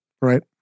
right